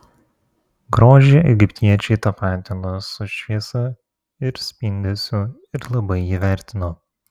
grožį egiptiečiai tapatino su šviesa ir spindesiu ir labai jį vertino